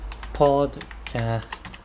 podcast